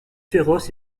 féroce